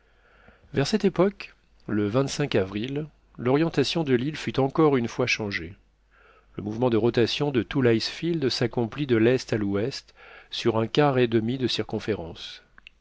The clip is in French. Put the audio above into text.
vers cette époque le avril l'orientation de l'île fut encore une fois changée le mouvement de rotation de tout l'icefield s'accomplit de l'est à l'ouest sur un quart et demi de circonférence